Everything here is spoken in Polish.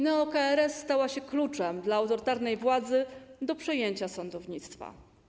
Neo-KRS stała się kluczem dla autorytarnej władzy do przejęcia sądownictwa.